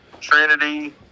Trinity